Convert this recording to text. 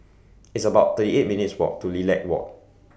It's about thirty eight minutes' Walk to Lilac Walk